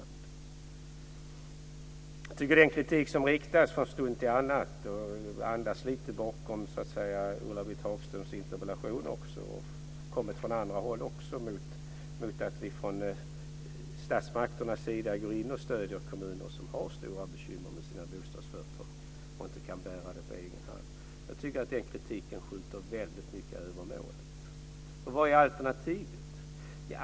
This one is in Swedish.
Jag tycker att den kritik som riktas från stund till annan - och jag anar lite av den bakom Ulla-Britt Hagströms interpellation också, och den har kommit från andra håll också - mot att statsmakterna går in och stöder kommuner som har stora bekymmer med sina bostadsföretag och inte kan bära kostnaderna på egen hand, skjuter väldigt mycket över målet. Vad är alternativet?